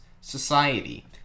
society